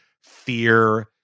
fear